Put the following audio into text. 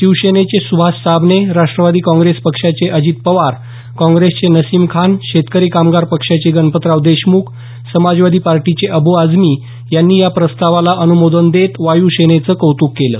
शिवसेनेचे सुभाष साबणे राष्ट्रवादी काँग्रेस पक्षाचे नेते अजित पवार काँग्रेसचे नसीम खान शेतकरी कामगार पक्षाचे गणपतराव देशमुख समाजवादी पार्टीचे अबू आझमी यांनी या प्रस्तावाला अनुमोदन देत वायूसेनेचं कौतुक केलं